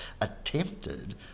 attempted